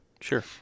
Sure